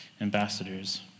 ambassadors